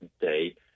day